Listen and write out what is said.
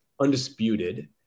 undisputed